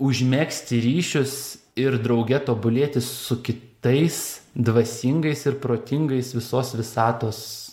užmegzti ryšius ir drauge tobulėti su kitais dvasingais ir protingais visos visatos